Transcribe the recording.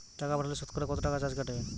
টাকা পাঠালে সতকরা কত টাকা চার্জ কাটবে?